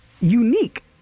unique